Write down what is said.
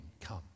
Come